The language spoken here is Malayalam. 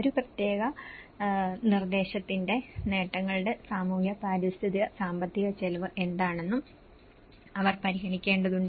ഒരു പ്രത്യേക നിർദ്ദേശത്തിന്റെ നേട്ടങ്ങളുടെ സാമൂഹിക പാരിസ്ഥിതിക സാമ്പത്തിക ചെലവ് എന്താണെന്നും അവർ പരിഗണിക്കേണ്ടതുണ്ട്